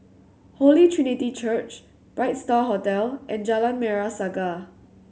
Holy Trinity Church Bright Star Hotel and Jalan Merah Saga